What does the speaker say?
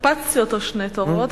הקפצתי אותו שני תורים,